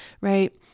right